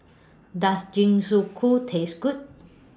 Does Jingisukan Taste Good